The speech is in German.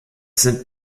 sind